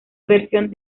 versión